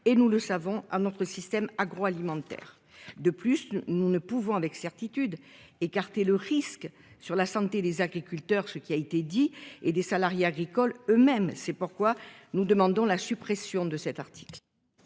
indispensables à notre système agroalimentaire. De plus, nous ne pouvons avec certitude écarter le risque sur la santé des agriculteurs et des salariés agricoles eux-mêmes. C'est pourquoi nous demandons la suppression de cet article.